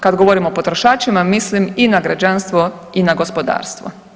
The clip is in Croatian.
Kad govorim o potrošačima mislim i na građanstvo i na gospodarstvo.